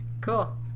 Cool